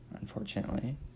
unfortunately